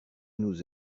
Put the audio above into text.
nous